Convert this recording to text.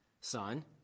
son